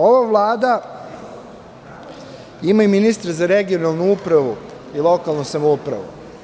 Ova Vlada ima ministra za regionalnu upravu i lokalnu samoupravu.